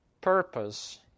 purpose